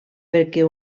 perquè